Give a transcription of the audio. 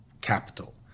capital